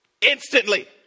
instantly